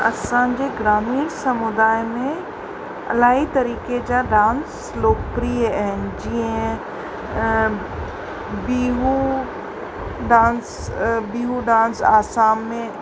असांजे ग्रामीण समूदाय में इलाही तरीक़े जा डांस लोकप्रिय आहिनि जीअं बीहू डांस बीहू डांस आसाम में